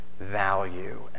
value